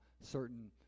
certain